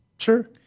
Sure